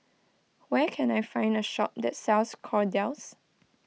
where can I find a shop that sells Kordel's